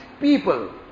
people